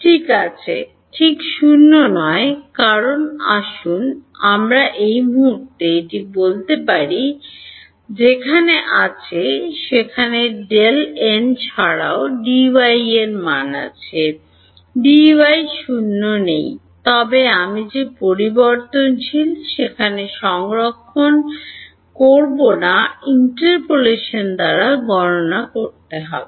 ঠিক আছে ঠিক 0 নয় কারণ আসুন আমরা এই মুহুর্তে এটি বলতে পারি যেখানে আছে সেখানে এছাড়াও Dy এর মান Dy 0 ওভার নেই তবে আমি যে পরিবর্তনশীল সেখানে সংরক্ষণ করব না ইন্টারপোলেশন দ্বারা গণনা করতে হবে